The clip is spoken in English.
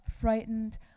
frightened